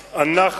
בעזה,